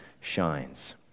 shines